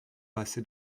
passé